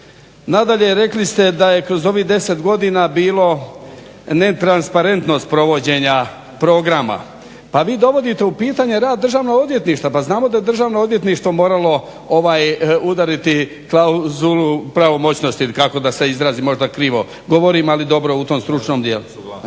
Nadalje, rekli ste da je kroz ovih 10 godina bilo netransparentnost provođenja programa. Pa vi dovodite u pitanje rad Državnog odvjetništva. Pa znamo da Državno odvjetništvo moralo udariti klauzulu pravomoćnosti kako da se izrazim možda krivo govorim, ali dobro u tom stručnom dijelu.